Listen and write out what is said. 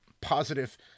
positive